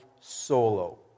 solo